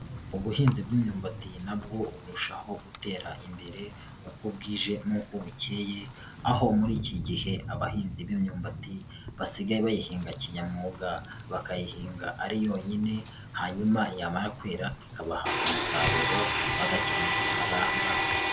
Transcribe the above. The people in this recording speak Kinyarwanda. Ubuhinzi bw'imyumbati na bwo burushaho gutera imbere uko bwije n'uko bukeye, aho muri iki gihe abahinzi b'imyumbati basigaye bayihinga kinyamga bakayihinga ari yonyine, hanyuma yamara kwera ikabaha umusaruro bagakirigita ifaranga.